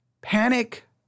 Panic